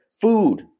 food